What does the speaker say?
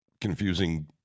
confusing